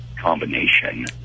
combination